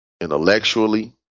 intellectually